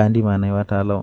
ngam njamɗe ngal.